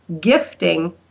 gifting